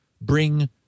bring